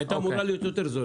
שהייתה אמורה להיות יותר זולה.